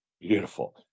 Beautiful